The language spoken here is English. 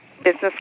business